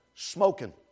smoking